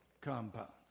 compounds